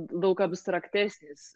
daug abstraktesnis